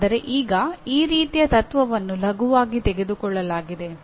ಆದರೆ ಈಗ ಈ ರೀತಿಯ ತತ್ವವನ್ನು ಲಘುವಾಗಿ ತೆಗೆದುಕೊಳ್ಳಲಾಗಿದೆ